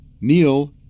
Neil